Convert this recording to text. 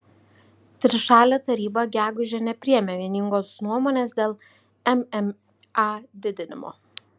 trišalė taryba gegužę nepriėmė vieningos nuomonės dėl mma didinimo